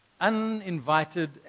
uninvited